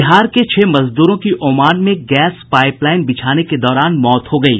बिहार के छह मजदूरों की ओमान में गैस पाईप लाईन बिछाने के दौरान मौत हो गयी